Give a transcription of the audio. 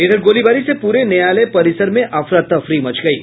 इधर गोलीबारी से पूरे न्यायालय परिसर में अफरा तफरी मच गयी